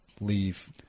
leave